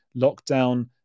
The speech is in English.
lockdown